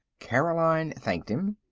caroline thanked him.